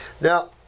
Now